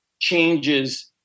changes